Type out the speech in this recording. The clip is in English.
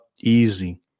easy